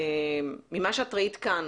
ממה שאת ראית כאן,